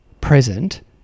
present